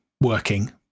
working